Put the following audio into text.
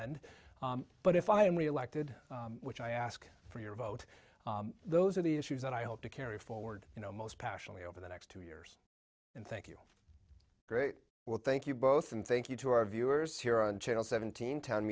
end but if i'm reelected which i ask for your vote those are the issues that i hope to carry forward you know most passionately over the next two years and thank you very well thank you both and thank you to our viewers here on channel seventeen town